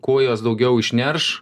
kuo jos daugiau išnerš